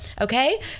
Okay